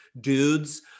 dudes